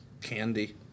Candy